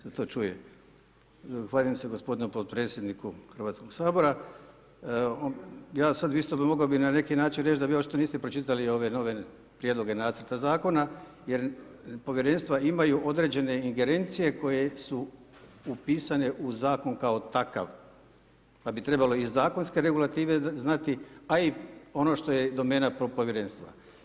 Zahvaljujem se gospodinu potpredsjedniku Hrvatskog sabora, ja sad bi isto mogao bi na neki način reći da vi očito niste pročitali ove nove prijedloge nacrta zakona jer povjerenstva imaju određene ingerencije koje su upisane u Zakon kao takav, pa bi trebalo i zakonske regulative znati, a i ono što je domena Povjerenstva.